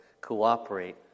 cooperate